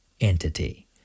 entity